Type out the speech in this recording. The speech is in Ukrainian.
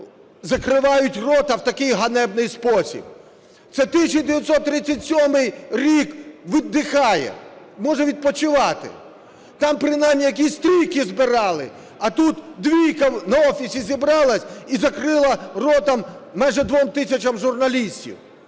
закривають рота в такий ганебний спосіб. Це 1937 рік може відпочивати, там принаймні якісь трійки збирали, а тут двійка на офісі зібралась і закрила рота майже 2 тисячам журналістів.